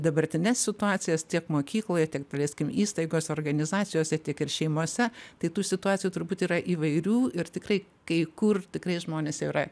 dabartines situacijas tiek mokykloje tiek daleiskim įstaigose organizacijose tiek ir šeimose tai tų situacijų turbūt yra įvairių ir tikrai kai kur tikrai žmonės yra